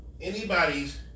anybody's